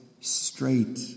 straight